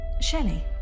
Shelley